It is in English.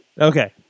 Okay